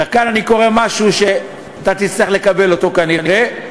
וכאן אני קורא משהו שאתה תצטרך לקבל אותו כנראה,